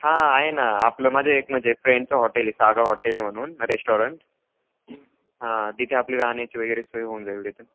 हां आहे ना आपलं माझ्या एक म्हणजे फ्रेंडचं हॉटेल आहे सागा हॉटेल आहे म्हणून रेस्टॉरंट हां तिथे आपली राहण्याची वगैरे सोय होऊन जाईल तिथं